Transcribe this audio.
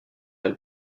elle